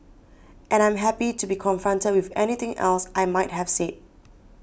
and I'm happy to be confronted with anything else I might have said